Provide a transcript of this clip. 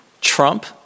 Trump